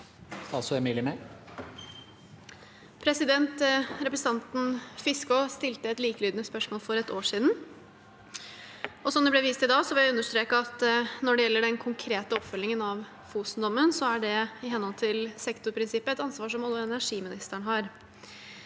Representanten Fiskaa stilte et likelydende spørsmål for et år siden, og som det også ble vist til da, vil jeg understreke at når det gjelder den konkrete oppfølgingen av Fosen-dommen, er det i henhold til sektorprinsippet et ansvar som oljeog energiministeren har.